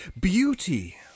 beauty